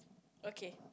okay